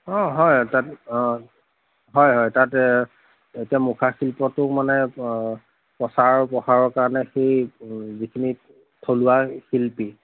অঁ হয় তাত অঁ হয় হয় তাত এতিয়া মুখা শিল্পটোক মানে প্ৰচাৰ প্ৰসাৰ কাৰণে সেই যিখিনি থলুৱা শিল্পী